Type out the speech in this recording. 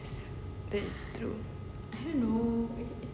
that's true